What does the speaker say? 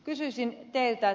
kysyisin teiltä